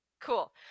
Cool